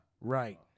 right